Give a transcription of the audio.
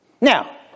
Now